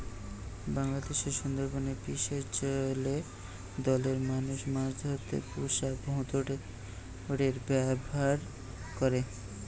বাংলাদেশের সুন্দরবনের বিশেষ জেলে দলের মানুষ মাছ ধরতে পুষা ভোঁদড়ের ব্যাভার করে